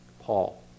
Paul